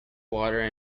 water